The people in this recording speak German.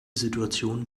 situation